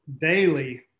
daily